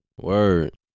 Word